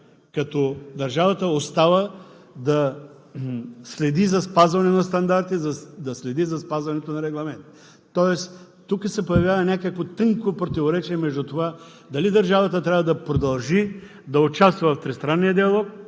като държавата остава да следи за спазване на стандарти, да следи за спазването на регламенти. Тук се появява някакво тънко противоречие между това дали държавата трябва да продължи да участва в тристранния диалог,